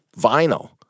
vinyl